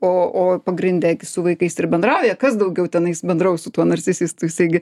o o pagrinde gi su vaikais ir bendrauja kas daugiau tenais bendraus su tuo narcisistu jisai gi